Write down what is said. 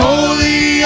Holy